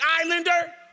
Islander